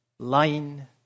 line